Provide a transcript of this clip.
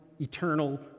eternal